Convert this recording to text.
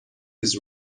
his